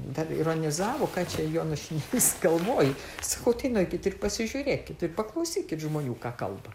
dar ironizavo ką čia jonušiene įsigalvoji sakau tai nueikit ir pasižiūrėkit paklausykit žmonių ką kalba